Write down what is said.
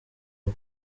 ubu